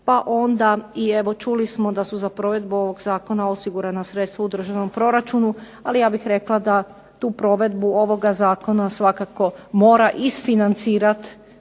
pa onda čuli smo da su za provedbu ovog Zakona osigurana sredstva u državnom proračunu, ali ja bih rekla da tu provedbu ovog Zakona mora isfinancirati